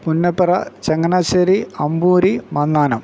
Punnapra Changanassery Amboori മങ്ങാനം